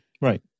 right